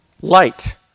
Light